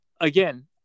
again